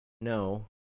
no